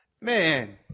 Man